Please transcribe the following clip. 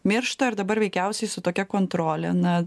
miršta ir dabar veikiausiai su tokia kontrole na